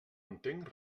entenc